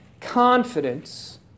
confidence